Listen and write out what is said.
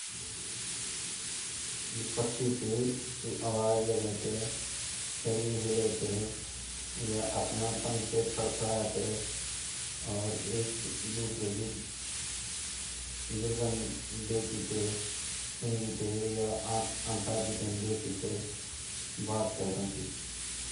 जो पक्छी छिन ऊ आपस मा चेहचाहट से बात कन उ जान ची ची ची ची करि ते क्वे क्वे कू-कू कोयल की आवाज़ मा ब्वल्दी अर उ हमते अप्रु प्यार दिखोंदा अर अपु सब चीज़ देखोदा बहुत चेचाहट करदा अर हमा अंग अंग माँ खुशियां बिखेरी ते चल जांदा ।